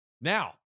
Now